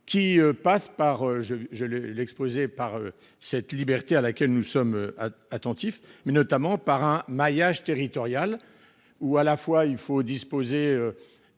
qui passe par je je le l'exposé par cette liberté à laquelle nous sommes attentifs mais notamment par un maillage territorial ou à la fois il faut disposer